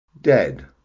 Dead